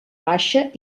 baixa